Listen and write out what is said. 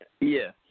Yes